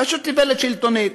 פשוט איוולת שלטונית.